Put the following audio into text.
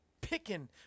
picking